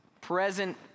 present